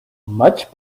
much